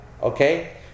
Okay